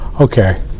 Okay